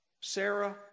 Sarah